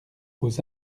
aux